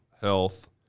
health